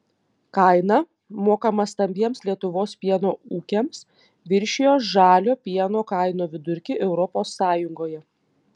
kaina mokama stambiems lietuvos pieno ūkiams viršijo žalio pieno kainų vidurkį europos sąjungoje